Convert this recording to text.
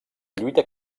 lluita